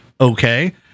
Okay